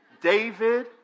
David